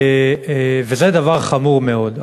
וזה דבר חמור מאוד.